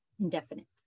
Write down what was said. indefinite